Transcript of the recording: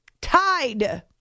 Tied